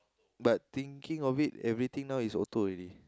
but thinking of it everything now is auto already